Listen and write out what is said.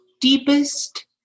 deepest